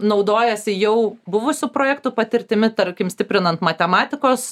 naudojasi jau buvusių projektų patirtimi tarkim stiprinant matematikos